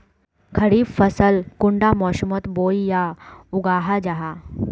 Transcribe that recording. खरीफ फसल कुंडा मोसमोत बोई या उगाहा जाहा?